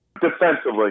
defensively